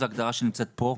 זו ההגדרה שנמצאת פה.